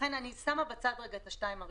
לכן אני שמה בצד רגע את שתי התקנות הראשונות.